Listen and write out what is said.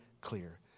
clear